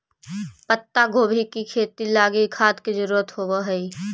पत्तागोभी के खेती लागी खाद के जरूरत होब हई